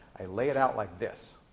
i lay it out like this.